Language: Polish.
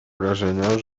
wrażenia